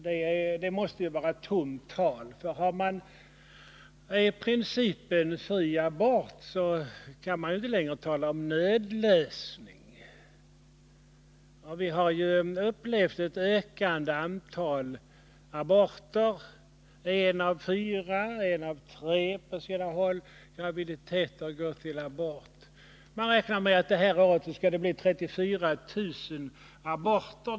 Men det måste ju vara tomt tal, för har man principen fri abort kan man ju inte längre tala om nödlösning. Vi har upplevt ett ökande antal aborter. Det är en av fyra och på sina håll en av tre graviditeter som går till abort. Man räknar med att det under det här året skall bli 34 000 aborter.